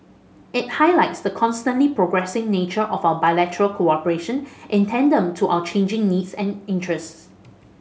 it highlights the constantly progressing nature of our bilateral cooperation in tandem to our changing needs and interests